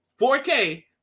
4K